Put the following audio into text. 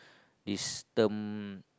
this term